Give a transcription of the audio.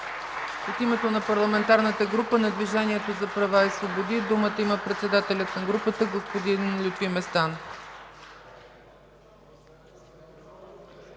От името на Парламентарната група на Движението за права и свободи думата има председателят на групата господин Лютви Местан.